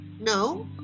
No